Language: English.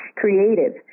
creative